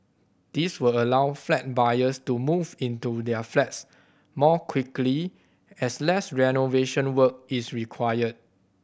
this will allow flat buyers to move into their flats more quickly as less renovation work is required